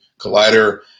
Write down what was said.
Collider